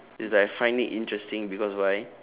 is like I find it interesting because why